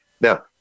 Now